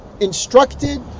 instructed